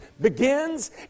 begins